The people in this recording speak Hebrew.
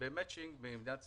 במצ'ינג ממדינת ישראל,